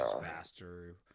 faster